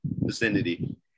vicinity